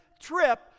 trip